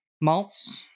malts